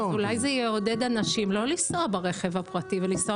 אולי זה יעודד אנשים לא לנסוע ברכב הפרטי ולנסוע